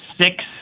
six